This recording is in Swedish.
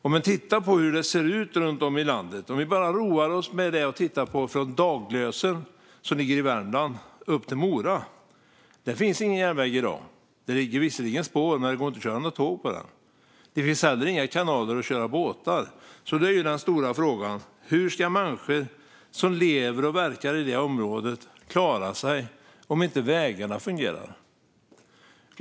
Vi kan roa oss med att se på hur det ser ut runt om i landet. Från Daglösen, som ligger i Värmland, upp till Mora finns det i dag ingen järnväg. Det ligger visserligen spår, men det går inte att köra tåg på dem. Det finns heller inga kanaler att köra båtar på. Då är den stora frågan: Hur ska människor som lever och verkar i det området klara sig om vägarna inte fungerar?